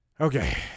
Okay